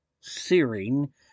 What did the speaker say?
searing